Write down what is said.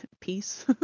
peace